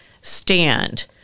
stand